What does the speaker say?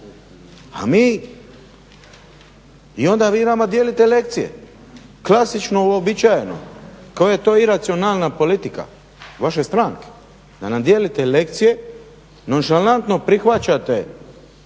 duga. I onda vi nama dijelite lekcije, klasično, uobičajeno. Koja je to iracionalna politika vaše stranke da nam dijelite lekcije, nonšalantno prihvaćate